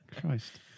Christ